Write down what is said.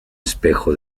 espejo